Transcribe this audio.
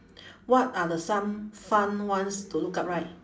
what are the some fun ones to look up right